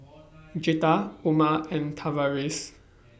Jetta Oma and Tavaris